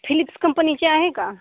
Philips कंपनीचे आहे का